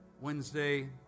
Wednesday